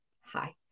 Hi